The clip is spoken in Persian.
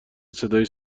صدای